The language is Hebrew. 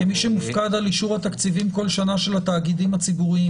כמי שמופקד בכל שנה על אישור התקציבים של התאגידים הציבוריים.